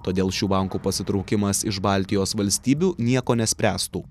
todėl šių bankų pasitraukimas iš baltijos valstybių nieko nespręstų